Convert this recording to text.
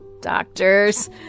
Doctors